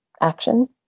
action